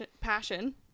passion